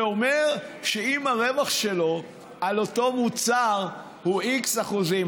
זה אומר שאם הרווח שלו על אותו מוצר הוא X אחוזים,